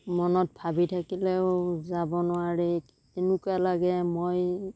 মনত ভাবি থাকিলেও যাব নোৱাৰি এনেকুৱা লাগে মই